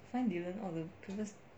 find dylan or the previous